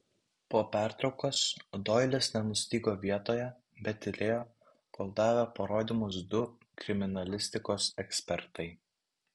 po pertraukos doilis nenustygo vietoje bet tylėjo kol davė parodymus du kriminalistikos ekspertai